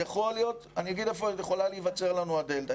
אני אגיד איפה יכולה להיווצר לנו הדלתה.